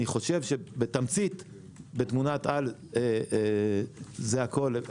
אני חושב שבתמצית בתמונת על זה הכול.